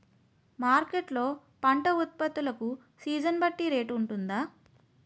Market లొ పంట ఉత్పత్తి లకు సీజన్ బట్టి రేట్ వుంటుందా?